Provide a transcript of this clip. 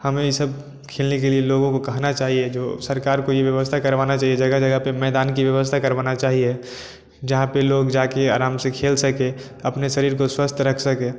हमें ये सब खेलने के लिए लोगों को कहना चाहिए जो सरकार को ये व्यवस्था करवाना चाहिए जगह जगह पर मैदान की व्यवस्था करना चाहिए जहाँ पर लोग जाकर आराम से खेल सके अपने अपने शरीर को स्वस्थ रख सकें